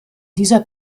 dieser